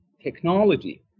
technology